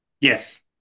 Yes